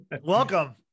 welcome